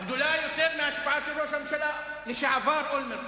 גדולה יותר מההשפעה של ראש הממשלה לשעבר אולמרט.